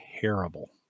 terrible